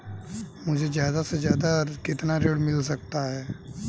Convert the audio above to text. मुझे ज्यादा से ज्यादा कितना ऋण मिल सकता है?